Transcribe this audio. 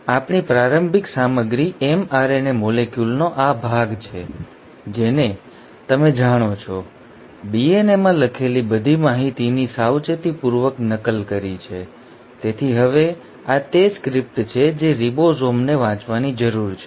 હવે આપણી પ્રારંભિક સામગ્રી mRNA મોલેક્યુલનો આ ભાગ છે જેણે તમે જાણો છો DNAમાં લખેલી બધી માહિતીની સાવચેતીપૂર્વક નકલ કરી છે તેથી હવે આ તે સ્ક્રિપ્ટ છે જે રિબોઝોમને વાંચવાની જરૂર છે